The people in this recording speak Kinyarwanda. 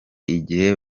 igihe